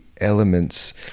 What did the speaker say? elements